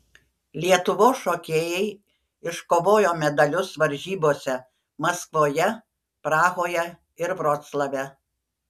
lietuvos šokėjai iškovojo medalius varžybose maskvoje prahoje ir vroclave